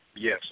Yes